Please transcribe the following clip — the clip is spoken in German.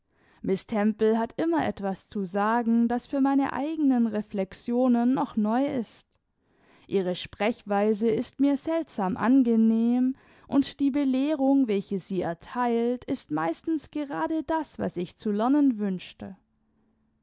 hat immer etwas zu sagen das für meine eigenen reflexionen noch neu ist ihre sprechweise ist mir seltsam angenehm und die belehrung welche sie erteilt ist meistens grade das was ich zu lernen wünschte